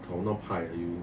tao nao pai ah you